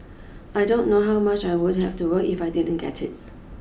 I don't know how much I would have to work if I didn't get it